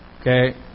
Okay